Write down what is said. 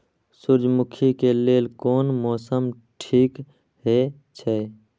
सूर्यमुखी के लेल कोन मौसम ठीक हे छे?